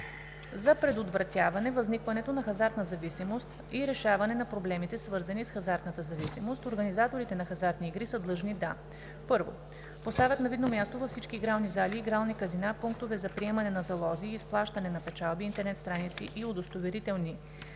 За предотвратяване възникването на хазартна зависимост и решаване на проблемите, свързани с хазартната зависимост, организаторите на хазартни игри са длъжни да: 1. поставят на видно място във всички игрални зали, игрални казина, пунктове за приемане на залози и изплащане на печалби, интернет страници и удостоверителни